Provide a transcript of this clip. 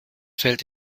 fällt